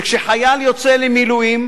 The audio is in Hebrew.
שכשחייל יוצא למילואים,